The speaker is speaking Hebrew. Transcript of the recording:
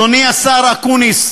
בזה הממשלה שלנו עוסקת.